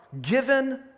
given